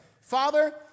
Father